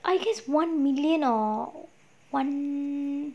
I guess one million or one